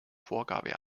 vorgabe